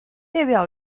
列表